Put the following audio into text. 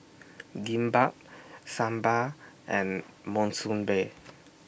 Kimbap Sambar and Monsunabe